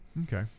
Okay